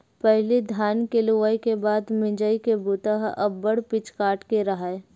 पहिली धान के लुवई के बाद म मिंजई के बूता ह अब्बड़ पिचकाट के राहय